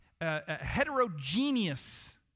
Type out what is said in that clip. heterogeneous